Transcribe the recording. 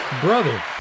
Brother